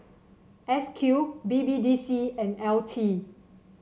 S Q B B D C and L T